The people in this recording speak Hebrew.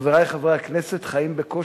חברי חברי הכנסת, חיים בקושי,